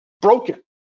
broken